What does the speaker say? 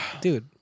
Dude